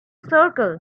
circle